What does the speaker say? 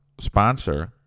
sponsor